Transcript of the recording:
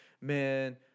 man –